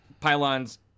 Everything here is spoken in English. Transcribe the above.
pylons